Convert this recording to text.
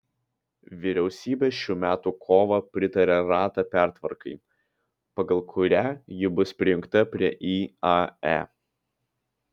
vyriausybė šių metų kovą pritarė rata pertvarkai pagal kurią ji bus prijungta prie iae